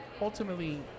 ultimately